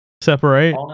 separate